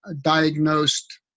diagnosed